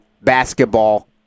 basketball